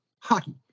hockey